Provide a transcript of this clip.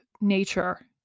nature